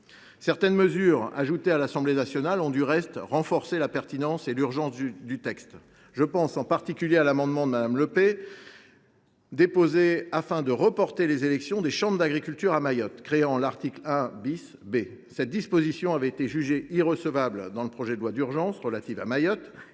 Certaines mesures ajoutées à l’Assemblée nationale ont, du reste, renforcé la pertinence et l’urgence du texte. Je pense en particulier à l’amendement que Mme Le Peih a déposé afin de reporter les élections des chambres d’agriculture à Mayotte, créant l’article 1 B. Cette disposition avait été jugée irrecevable dans le cadre de l’examen du projet